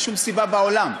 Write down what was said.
אין שום סיבה בעולם.